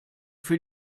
für